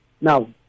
Now